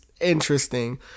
interesting